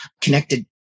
connected